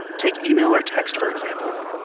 take email or text for example.